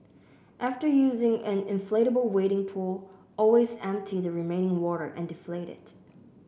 after using an inflatable wading pool always empty the remaining water and deflate it